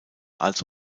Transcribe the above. als